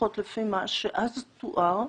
לפחות לפי מה שאז תואר,